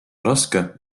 raske